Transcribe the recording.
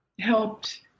helped